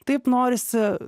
taip norisi